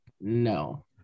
no